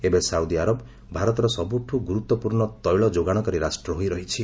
ଏବେ Saudi Arab ଭାରତର ସବୁଠୁ ଗୁରୁତ୍ୱପୂର୍ଣ୍ଣ ତୈଳଯୋଗାଣକାରୀ ରାଷ୍ଟ୍ର ହୋଇ ରହିଛି